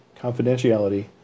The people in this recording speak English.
confidentiality